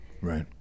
Right